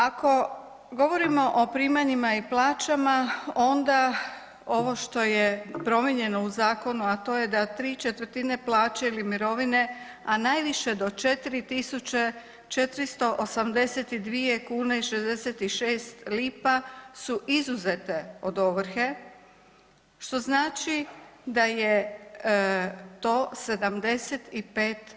Ako govorimo o primanjima i plaćama, onda ovo što je promijenjeno u zakonu a to je da 3/4 plaće ili mirovine a najviše do 4482 kn i 66 lp su izuzete od ovrhe, što znači da je to 75%